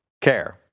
care